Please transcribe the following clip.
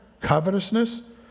covetousness